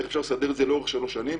איך אפשר לסדר זאת לאורך שלוש שנים.